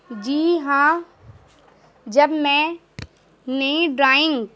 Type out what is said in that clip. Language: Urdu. جی ہاں جب میں نیو ڈرائنگ